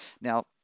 Now